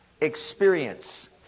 experience